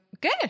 good